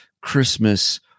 Christmas